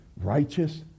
righteous